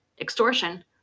extortion